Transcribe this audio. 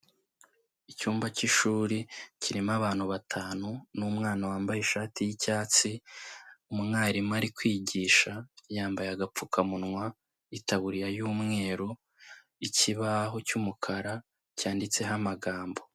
Icyumba cy'ishuri kirimo abantu batanu n'umwana wambaye ishati y'icyatsi, umwarimu ari kwigisha, yambaye agapfukamunwa, itaburiya y'umweru, ikibaho cy'umukara cyanditseho amagambo.